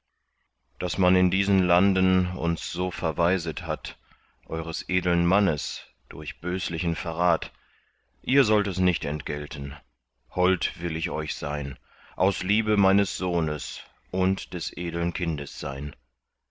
daß man in diesen landen uns so verwaiset hat eures edeln mannes durch böslichen verrat ihr sollt es nicht entgelten hold will ich euch sein aus liebe meines sohnes und des edeln kindes sein